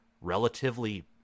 relatively